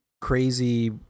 crazy